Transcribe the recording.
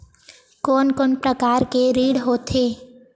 कोन कोन प्रकार के ऋण होथे?